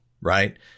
Right